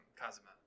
kazuma